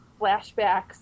flashbacks